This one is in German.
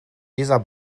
dieser